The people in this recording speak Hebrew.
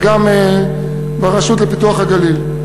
וגם הרשות לפיתוח הגליל.